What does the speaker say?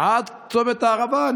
עד צומת הערבה.